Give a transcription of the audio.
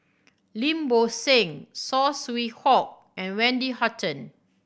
Lim Bo Seng Saw Swee Hock and Wendy Hutton